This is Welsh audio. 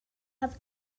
heb